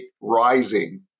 rising